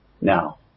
now